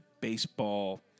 baseball